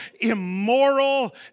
immoral